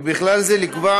ובכלל זה לקבוע,